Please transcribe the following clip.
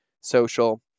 social